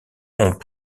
ont